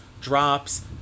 drops